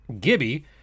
Gibby